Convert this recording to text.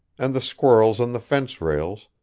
and the squirrels on the fence rails,